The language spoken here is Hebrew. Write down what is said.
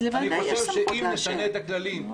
אני חושב שאם נשנה את הכללים.